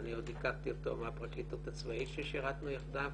ואני עוד הכרתי אותו מהפרקליטות הצבאית ששירתנו יחדיו.